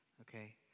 okay